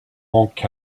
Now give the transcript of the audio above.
hank